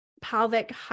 pelvic